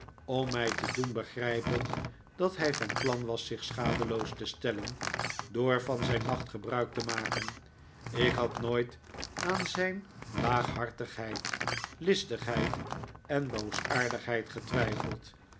cm mij te doen begrijpen dat hij van plan was zich schadeloos te stellen door van zijn macht gebruik te maken ik had nooit aan zijn laaghartigheid listigheid en boosaardigheid getwijfeld